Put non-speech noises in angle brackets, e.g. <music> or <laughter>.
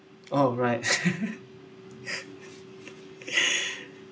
oh right <laughs>